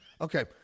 Okay